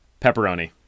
pepperoni